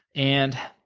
and